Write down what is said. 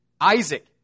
Isaac